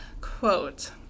quote